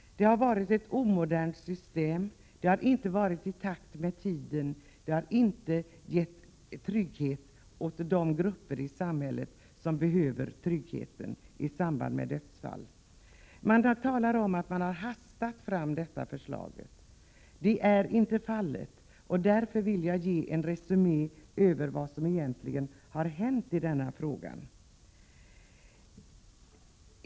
Det har varit ett omodernt system. Det har inte varit i takt med tiden. Det har inte gett trygghet åt de grupper i samhället som behöver tryggheten i samband med dödsfall. Det har sagts att man har hastat fram detta förslag. Det är inte fallet, och därför vill jag ge en resumé över vad som egentligen har hänt i denna fråga.